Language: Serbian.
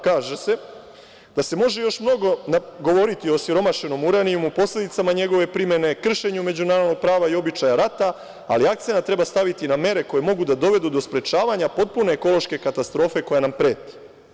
Kaže se da se može još mnogo govoriti o osiromašenom uranijumu, posledicama njegove primene, kršenju međunarodnog prava i običaja rata, ali akcenat treba staviti na mere koje mogu da dovedu do sprečavanja potpune ekološke katastrofe koja nam preti.